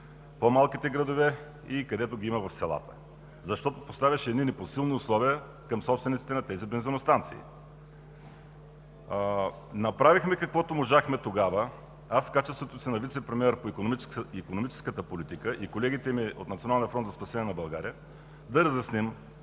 по-малките градове и където ги има в селата, защото поставяше непосилни условия към собствениците на тези бензиностанции. Направихме каквото можахме тогава – аз в качеството си на вицепремиер по икономическата политика и колегите ми от Националния